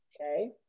Okay